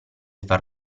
far